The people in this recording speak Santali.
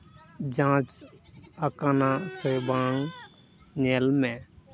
ᱡᱟᱸᱡ ᱟᱠᱟᱱᱟ ᱥᱮ ᱵᱟᱝ ᱧᱮᱞ ᱢᱮ